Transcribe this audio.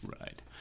Right